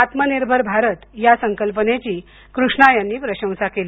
आत्मनिर्भर भारत या संकल्पनेची कृष्णा यांनी प्रशंसा केली